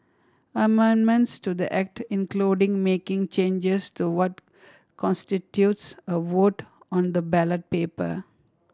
amendments to the Act including making changes to what constitutes a vote on the ballot paper